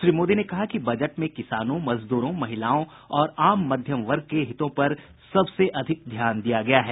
श्री मोदी ने कहा कि बजट में किसानों मजदूरों महिलाओं और आम मध्यम वर्ग के हितों पर सबसे अधिक ध्यान दिया गया है